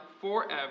forever